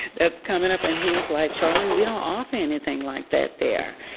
that's coming up. and he was like, charlene, we don't offer anything like that there.